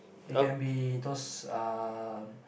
it can be those um